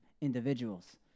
individuals